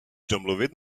domluvit